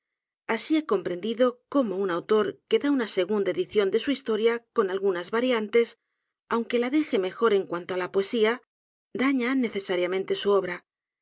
he comprendido cómo un autor que da una segunda edición de su historia con algunas variantes aunque la deje mejor en cuanto á la poesía daña necesariamente á su obra